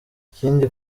ikindi